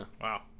Wow